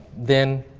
then,